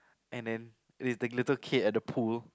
and then is the little kid at the pool